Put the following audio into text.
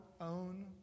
own